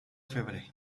febrer